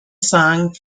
song